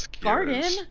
garden